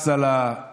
מס על הפחמן,